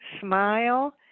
smile